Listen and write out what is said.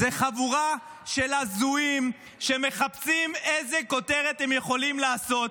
זו חבורה של הזויים שמחפשים איזו כותרת הם יכולים לעשות,